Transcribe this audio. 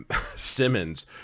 Simmons